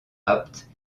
apte